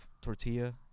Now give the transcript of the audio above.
tortilla